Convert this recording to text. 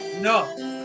No